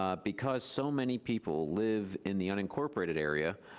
um because so many people live in the unincorporated area,